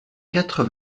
quatre